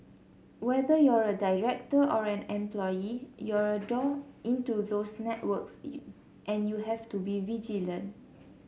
whether you're a director or an employee you're a door into those networks and you have to be vigilant